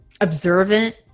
observant